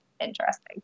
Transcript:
interesting